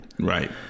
Right